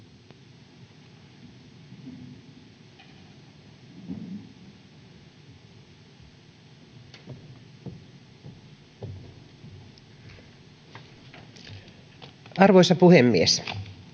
arvoisa puhemies